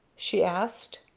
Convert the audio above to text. she asked.